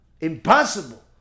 impossible